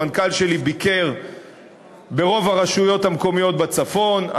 המנכ"ל שלי ביקר ברוב הרשויות המקומיות בצפון,